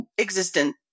existent